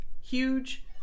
Huge